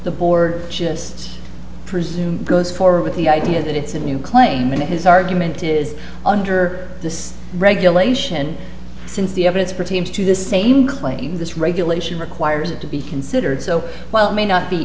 the board just presume goes forward with the idea that it's a new claimant his argument is under the regulation since the evidence for teams to the same claims this regulation requires it to be considered so while it may not be